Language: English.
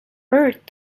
bert